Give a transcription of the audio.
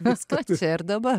maskuotis ir dabar